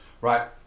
Right